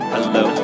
Hello